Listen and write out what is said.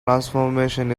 transformation